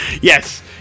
Yes